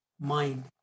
mind